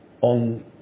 on